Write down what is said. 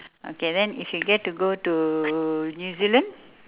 okay then if you get to go to new-zealand